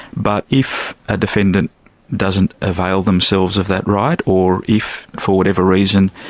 but if a defendant doesn't avail themselves of that right or if, for whatever reason,